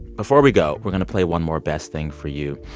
before we go, we're going to play one more best thing for you.